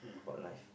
about life